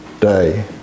day